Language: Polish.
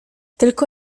tylko